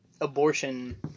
abortion